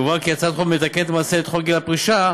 יובהר כי הצעת החוק מתקנת למעשה את חוק גיל פרישה,